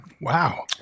wow